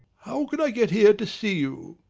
how can i get here to see you?